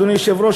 אדוני היושב-ראש,